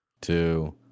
two